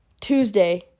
Tuesday